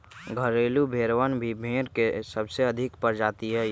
घरेलू भेड़वन भी भेड़ के सबसे अधिक प्रजाति हई